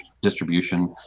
distribution